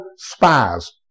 spies